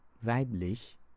weiblich